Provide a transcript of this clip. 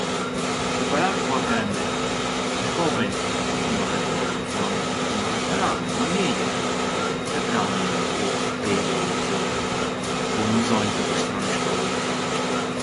Te parakulla kemi: shkopin çë mbahet- çë mban- te ku mbahet parakulla, manijën pranë u tilu çë bun mbzonjë sa të pështronesh ka ujët.